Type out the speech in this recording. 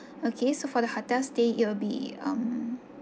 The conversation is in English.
okay so for the hotel stay it will be um